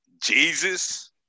Jesus